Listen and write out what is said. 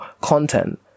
content